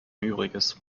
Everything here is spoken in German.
übriges